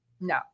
No